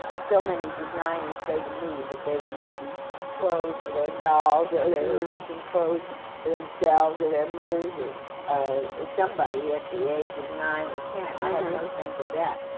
so many designers say to me that they were making clothes for their dolls, and they were making clothes for themselves, or their mothers, or ah somebody, at the age of nine or ten. i had no sense of that.